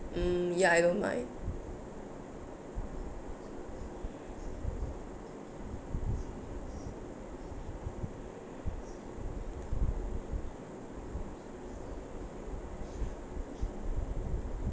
mm ya I don't mind